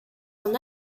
son